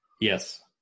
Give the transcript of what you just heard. Yes